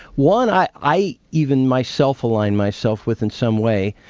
one i i even myself align myself with in some way.